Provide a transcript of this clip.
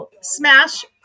Smash